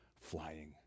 flying